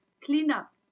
cleanup